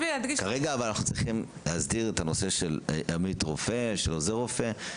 כרגע אנחנו צריכים להסדיר את הנושא של עוזר הרופא,